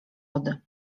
lody